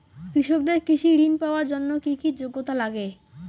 কৃষকদের কৃষি ঋণ পাওয়ার জন্য কী কী যোগ্যতা লাগে?